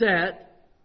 set